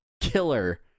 killer